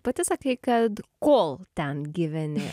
pati sakei kad kol ten gyveni